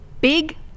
Big